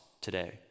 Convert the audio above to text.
today